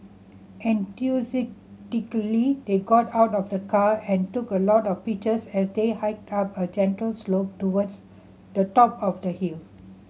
enthusiastically they got out of the car and took a lot of pictures as they hiked up a gentle slope towards the top of the hill